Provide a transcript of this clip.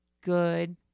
good